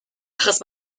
achos